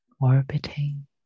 orbiting